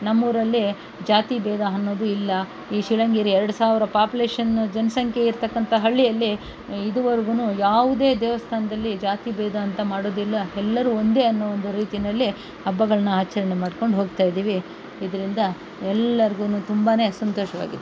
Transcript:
ನಮ್ಮೂರಲ್ಲಿ ಜಾತಿ ಭೇದ ಅನ್ನೋದು ಇಲ್ಲ ಈ ಶಿಳಂಗೇರಿ ಎರ್ಡು ಸಾವಿರ ಪಾಪ್ಯುಲೇಷನ್ ಜನ ಸಂಖ್ಯೆ ಇರ್ತಕ್ಕಂತ ಹಳ್ಳಿಯಲ್ಲಿ ಇದುವರೆಗೂ ಯಾವುದೇ ದೇವಸ್ಥಾನದಲ್ಲಿ ಜಾತಿ ಭೇದ ಅಂತ ಮಾಡೋದಿಲ್ಲ ಎಲ್ಲರೂ ಒಂದೇ ಅನ್ನೋ ಒಂದು ರೀತಿಯಲ್ಲಿ ಹಬ್ಬಗಳನ್ನ ಆಚರಣೆ ಮಾಡ್ಕೊಂಡು ಹೋಗ್ತಾಯಿದ್ದೀವಿ ಇದರಿಂದ ಎಲ್ಲರಿಗೂ ತುಂಬನೇ ಸಂತೋಷವಾಗಿದೆ